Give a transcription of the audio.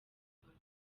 rwanda